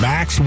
Max